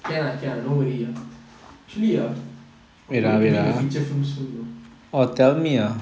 can ah can ah no worry ah actually ah I'm going to make a feature film soon you know